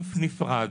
סעיף נפרד.